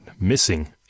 missing